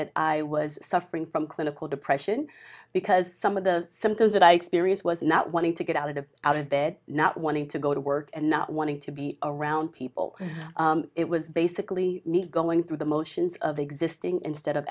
that i was suffering from clinical depression because some of the symptoms that i experienced was not wanting to get out of out of bed not wanting to go to work and not wanting to be around people it was basically neat going through the motions of existing instead of